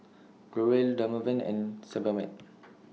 Growell Dermaveen and Sebamed